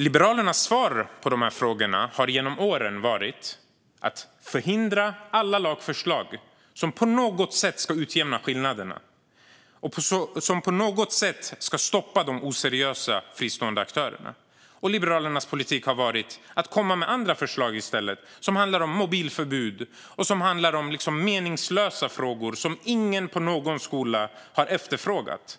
Liberalernas svar på dessa frågor har genom åren varit att förhindra alla lagförslag som på något sätt skulle utjämna skillnaderna eller på något sätt stoppa de oseriösa fristående aktörerna. Liberalernas politik har i stället varit att komma med andra förslag som handlar om mobilförbud eller om meningslösa frågor som ingen på någon skola har efterfrågat.